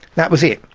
that was it.